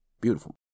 beautiful